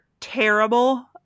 terrible